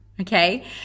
Okay